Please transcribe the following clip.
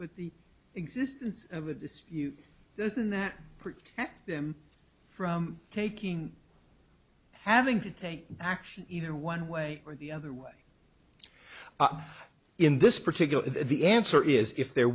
t the existence of this doesn't that protect them from taking having to take action either one way or the other way in this particular the answer is if there